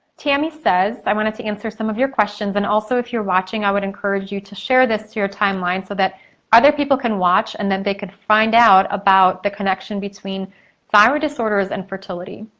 tammy says, i wanted to answer some of your questions and also if you're watching i would encourage you to share this to your timeline so that other people can watch and that they could find out about the connection between thyroid disorders and fertility.